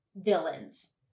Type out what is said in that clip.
villains